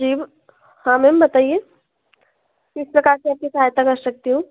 जी हाँ मैम बताइए किस प्रकार से आपकी सहायता कर सकती हूँ